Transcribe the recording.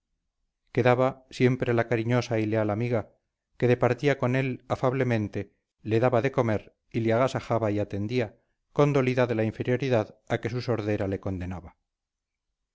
quedaba siempre la cariñosa y leal amiga que departía con él afablemente le daba de comer y le agasajaba y atendía condolida de la inferioridad a que su sordera le condenaba